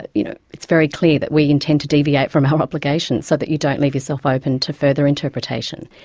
but you know, it's very clear that we intend to deviate from our obligations, so that you don't leave yourself open to further interpretation.